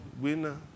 winner